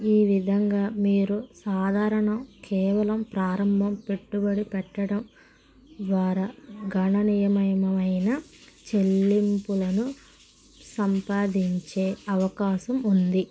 ఈ విధంగా మీరు సాధారణ కేవలం ప్రారంభ పెట్టుబడి పెట్టటం ద్వారా గణనీయమైన చెల్లింపులను సంపాదించే అవకాశం ఉంది